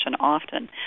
often